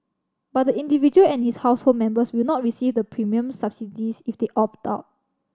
but the individual and his household members will not receive the premium subsidies if they opt out